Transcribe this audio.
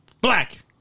black